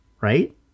right